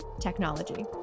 technology